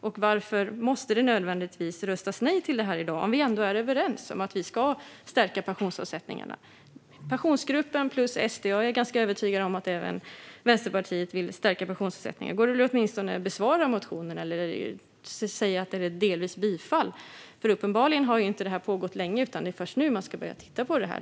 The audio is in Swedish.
Och varför måste det nödvändigtvis röstas nej till detta i dag om vi ändå är överens om att vi ska stärka pensionsavsättningarna? Pensionsgruppen, Sverigedemokraterna och - är jag ganska övertygad om - Vänsterpartiet vill stärka pensionsavsättningarna. Då kan man väl åtminstone besvara motionen eller delvis bifalla den? Uppenbarligen har detta inte pågått länge, utan det är först nu man ska börja titta på det.